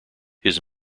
his